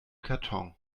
karton